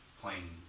plain